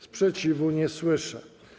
Sprzeciwu nie słyszę.